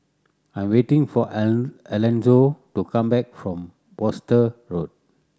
I am waiting for Alonzo to come back from Worcester Road